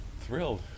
thrilled